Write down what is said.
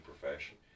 profession